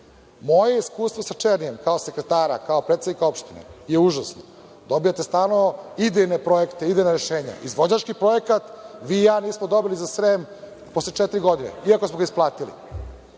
iskustvo sa Černijem kao sekretara, kao predsednika opštine je užasno. Dobijate stalno idejne projekte, idejna rešenja. Izvođački projekat vi i ja nismo dobili za Srem posle četiri godine, iako smo ga isplatili. Hvala